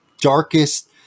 darkest